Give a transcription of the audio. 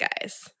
guys